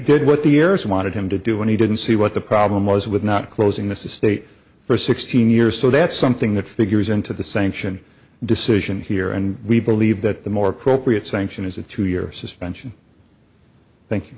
did what the years wanted him to do and he didn't see what the problem was with not closing this estate for sixteen years so that's something that figures into the sanction decision here and we believe that the more appropriate sanction is a two year suspension thank